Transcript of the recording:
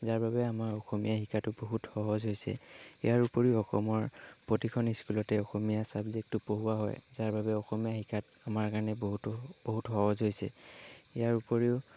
যাৰ বাবে আমাৰ অসমীয়া শিকাটো বহুত সহজ হৈছে ইয়াৰ উপৰিও অসমৰ প্ৰতিখন স্কুলতে অসমীয়া ছাবজেক্টটো পঢ়ুওৱা হয় যাৰ বাবে অসমীয়া শিকাত আমাৰ কাৰণে বহুতো বহুত সহজ হৈছে ইয়াৰ উপৰিও